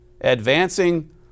advancing